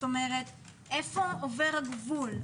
איפה עובר הגבול?